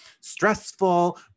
stressful